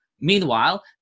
Meanwhile